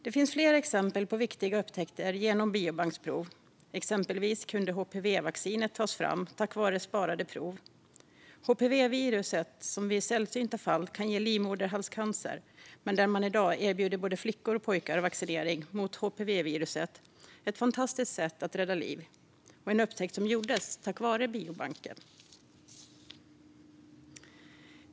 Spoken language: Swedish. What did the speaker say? Det finns flera exempel på viktiga upptäckter genom biobanksprov. Exempelvis kunde HPV-vaccinet tas fram tack vare sparade prover. HPV-viruset kan i sällsynta fall ge livmoderhalscancer, men i dag erbjuds både flickor och pojkar vaccinering mot viruset. Det är ett fantastiskt sätt att rädda liv och en upptäckt som gjordes tack vare biobanken.